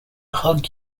hug